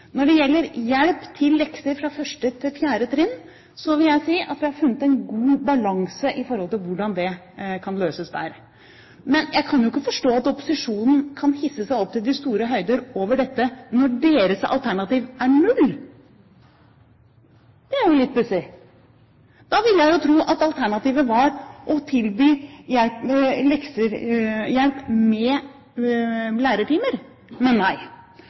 lekser fra 1. til 4. trinn, vil jeg si at vi har funnet en god balanse på hvordan det kan løses. Men jeg kan ikke forstå at opposisjonen kan hisse seg opp til de store høyder over dette når deres alternativ er null. Det er jo litt pussig. Da ville jeg tro at alternativet var å tilby leksehjelp med lærertimer. Men nei.